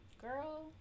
Girl